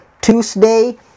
Tuesday